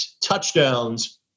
touchdowns